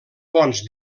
ponts